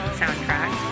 soundtrack